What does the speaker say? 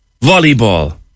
volleyball